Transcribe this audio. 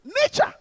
nature